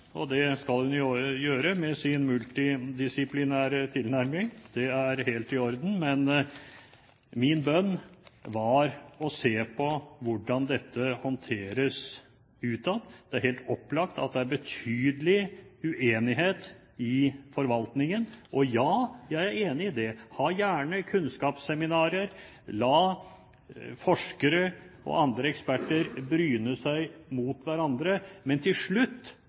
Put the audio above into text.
og det skal hun jo gjøre med sin multidisiplinære tilnærming. Det er helt i orden, men min bønn var å se på hvordan dette håndteres utad. Det er helt opplagt at det er betydelig uenighet i forvaltningen. Og ja, jeg er enig i det – ha gjerne kunnskapsseminarer, la forskere og andre eksperter bryne seg mot hverandre, men til slutt